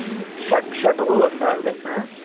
شےٚ شےٚ ٹُو ٲٹھ ساس گَژھِ نا حظ